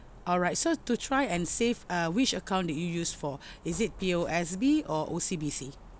alright so to try and save uh which account did you use for is it P_O_S_B or O_C_B_C